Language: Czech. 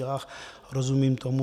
A rozumím tomu.